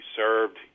served